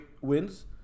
wins